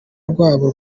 rwabo